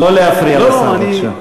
לא להפריע לשר בבקשה.